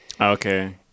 Okay